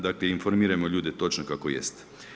Dakle, informirajmo ljude točno kako jest.